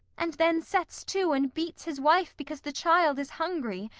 and then sets to and beats his wife because the child is hungry,